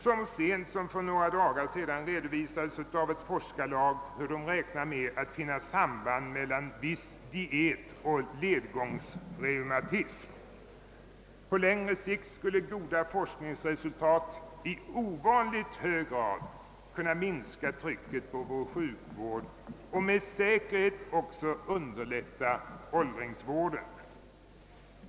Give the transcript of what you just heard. Så sent som för några dagar sedan redovisades av ett forskarlag, hur de räknar med att finna samband mellan viss diet och ledgångsreumatism. På lång sikt skulle goda forskningsresultat i ovanligt hög grad kunna minska trycket på våra sjukdomar och med säkerhet också kunna underlätta åldringsvården.